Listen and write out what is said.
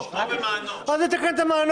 שכולם יידעו מי עומד מאחורי